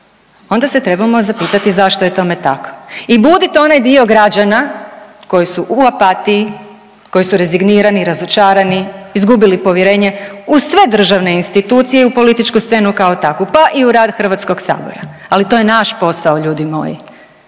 onda se trebamo zapitati zašto je tome tako? I budite onaj dio građana koji su u apatiji, koji su rezignirani i razočarani, izgubili povjerenje u sve državne institucije i u političku scenu kao takvu, pa i u rad HS, ali to je naš posao ljudi moji,